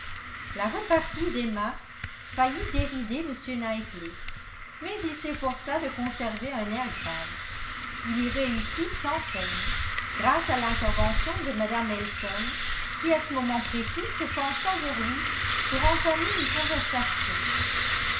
la repartie d'emma faillit dérider m knightley mais il s'efforça de conserver un air grave il y réussit sans peine grâce à l'intervention de mme elton qui à ce moment précis se pencha vers lui pour entamer une conversation